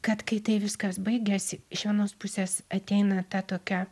kad kai tai viskas baigiasi iš vienos pusės ateina ta tokia